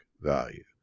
value